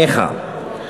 ניחא.